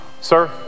Sir